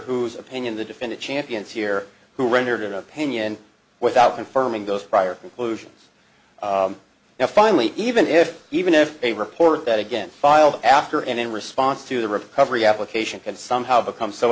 whose opinion the defendant champions here who rendered an opinion without confirming those prior inclusions now finally even if even if a report that again filed after and in response to the recovery application could somehow become so